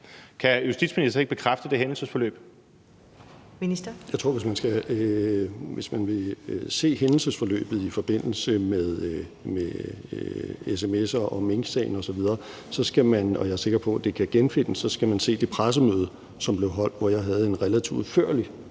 Justitsministeren (Nick Hækkerup): Jeg tror, at hvis man vil se hændelsesforløbet i forbindelse med sms'er og minksagen osv. – og jeg er sikker på, materialet kan genfindes – så skal man se det pressemøde, som blev holdt, hvor jeg havde en relativt udførlig